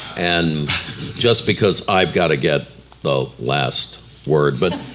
and just because i've got to get the last word, but.